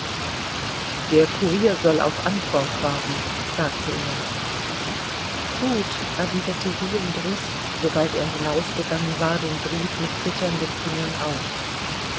der kurier soll auf antwort warten sagte er gut erwiderte sie und riß sobald er hinausgegangen war den brief mit zitternden fingern auf